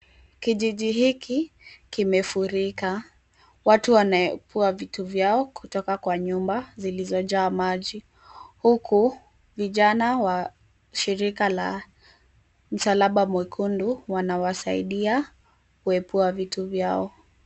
Kijiji hiki kimefurika, watu wanaepua vitu vyao kutoka kwa nymba zilizojaa maji. Huku shirika la msalaba mwekundu wanawasaidia kuepua vitu vyao.